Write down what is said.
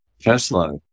Tesla